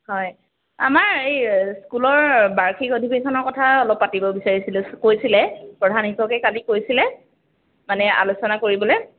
হয় আমাৰ এই স্কুলৰ বাৰ্ষিক অধিৱেশনৰ কথা অলপ পাতিব বিচাৰিছিলোঁ কৈছিলে প্ৰধান শিক্ষকে কালি কৈছিলে মানে আলোচনা কৰিবলৈ